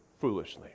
foolishly